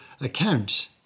account